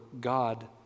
God